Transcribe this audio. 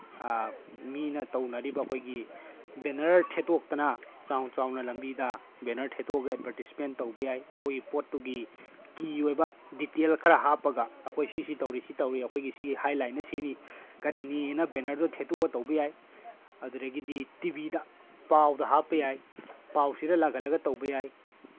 ꯃꯤꯅ ꯇꯧꯅꯔꯤꯕ ꯑꯩꯈꯣꯏꯒꯤ ꯕꯦꯅꯔ ꯊꯦꯠꯇꯣꯛꯇꯅ ꯆꯥꯎ ꯆꯥꯎꯅ ꯂꯝꯕꯤꯗ ꯕꯦꯅꯔ ꯊꯦꯠꯇꯣꯛꯑꯒ ꯑꯦꯠꯚꯔꯇꯤꯁꯃꯦꯟ ꯇꯧꯕ ꯌꯥꯏ ꯑꯩꯈꯣꯏꯒꯤ ꯄꯣꯠꯇꯨꯒꯤ ꯀꯤ ꯑꯣꯏꯕ ꯗꯤꯇꯦꯜ ꯈꯔ ꯍꯥꯞꯄꯒ ꯑꯩꯈꯣꯏ ꯁꯤ ꯁꯤ ꯇꯧꯔꯤ ꯁꯤ ꯇꯧꯔꯤ ꯑꯩꯈꯣꯏꯒꯤ ꯁꯤ ꯍꯥꯏꯂꯥꯏꯠꯅ ꯁꯤꯅꯤ ꯀꯔꯤꯅꯤꯅ ꯕꯦꯅꯔꯗꯨꯗ ꯊꯦꯠꯇꯣꯛꯑꯒ ꯇꯧꯕ ꯌꯥꯏ ꯑꯗꯨꯗꯒꯤꯗꯤ ꯇꯤ ꯚꯤꯗ ꯄꯥꯎꯗ ꯍꯥꯞꯄ ꯌꯥꯏ ꯄꯥꯎ ꯆꯦꯗ ꯂꯥꯛꯍꯜꯂꯒ ꯇꯧꯕ ꯌꯥꯏ